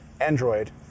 Android